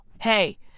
hey